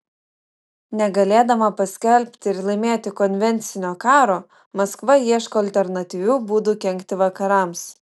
negalėdama paskelbti ir laimėti konvencinio karo maskva ieško alternatyvių būdų kenkti vakarams